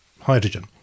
hydrogen